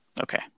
Okay